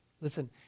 Listen